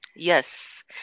Yes